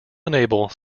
enable